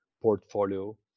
portfolio